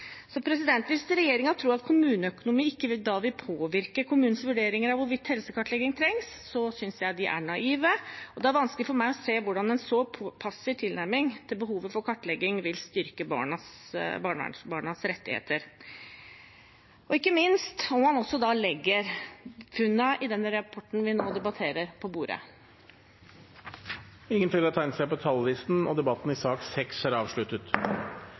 Hvis regjeringen tror at kommuneøkonomi da ikke vil påvirke kommunens vurderinger av hvorvidt helsekartlegging trengs, synes jeg de er naive, og det er vanskelig for meg å se hvordan en så passiv tilnærming til behovet for kartlegging vil styrke barnevernsbarnas rettigheter, ikke minst når vi legger funnene i den rapporten vi nå debatterer, på bordet. Flere har ikke bedt om ordet til sak nr. 6. Etter ønske fra familie- og kulturkomiteen vil presidenten ordne debatten